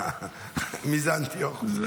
מי זה אנטיוכוס?